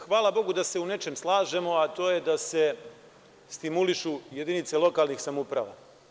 Hvala Bogu da se u nečem slažemo, a to je da se stimulišu jedinice lokalnih samouprava.